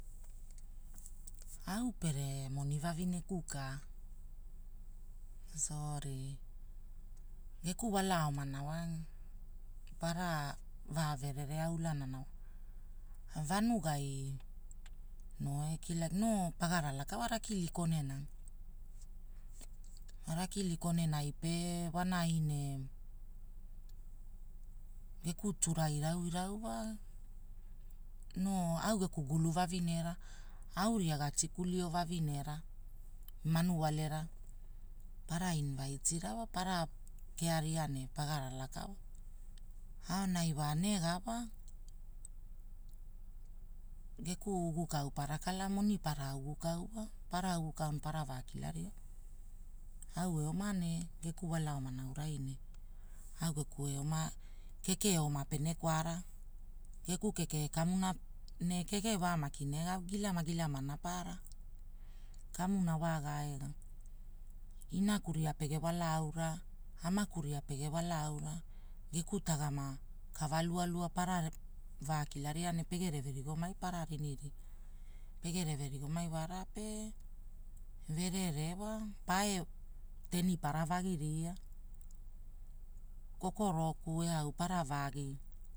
Au pere moni vavineku ka, soori geku walana oma wa, para vavererea ulana na. Vanugai, noo ekila no pagara laka wa na kilikone nai. Rakili konenai pe wanai ne. Ge tuura irauirau wa, noo au geku gulu vavinera, au ria ga tikulio vavinera, manualera, para inivaitira para, kearia ne pagarala kala. Aonai wane gapa. Geku uvukau parakala moni para ugukau wa. Para ugukau para vakilaria, au eoma nee, geku wala omara aunai, au geku eoma, keke eoma pene kwara, geku keke ekamuna, ne kekena wa maki nega wa gilama gilamana para. Kamuna waga era. Inaku ria pege wala aura, amaku ria pege wala aura, geku tegama, kava lualua para, vaa kilama ne pegere verigama para riria. Pegene verigomai wara pe, verere wa, pa teeni para vaginia, kokoroku eau para vagi